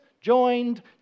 joined